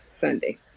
Sunday